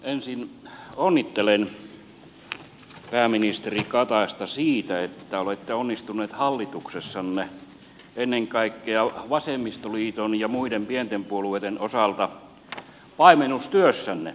ensin onnittelen pääministeri kataista siitä että olette onnistunut hallituksessanne ennen kaikkea vasemmistoliiton ja muiden pienten puolueiden osalta paimennustyössänne